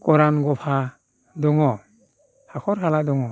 गरान गफा दङ हाखर हाला दङ